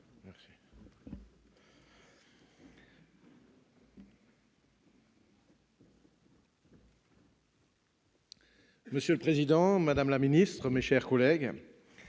Monsieur le président, madame la ministre, mes chers collègues,